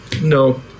No